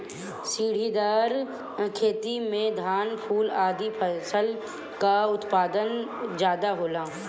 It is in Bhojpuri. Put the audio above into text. सीढ़ीदार खेती में धान, फूल आदि फसल कअ उत्पादन ज्यादा होला